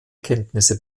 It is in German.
kenntnisse